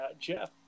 Jeff